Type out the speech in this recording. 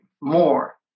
more